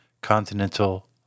continental